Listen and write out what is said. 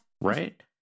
Right